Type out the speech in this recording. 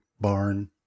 barn